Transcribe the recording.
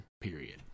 Period